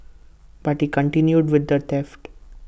but he continued with the theft